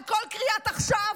על כל קריאת "עכשיו"